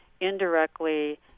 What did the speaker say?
indirectly